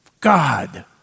God